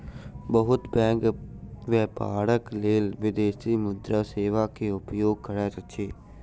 बहुत बैंक व्यापारक लेल विदेशी मुद्रा सेवा के उपयोग करैत अछि